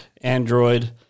Android